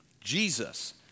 Jesus